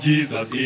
Jesus